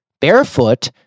barefoot